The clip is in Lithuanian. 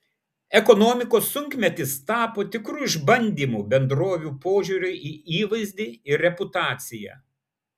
ekonomikos sunkmetis tapo tikru išbandymu bendrovių požiūriui į įvaizdį ir reputaciją